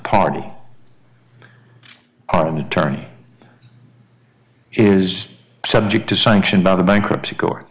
party on the term is subject to sanction by the bankruptcy court